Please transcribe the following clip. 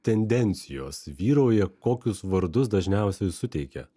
tendencijos vyrauja kokius vardus dažniausiai suteikia